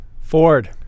Ford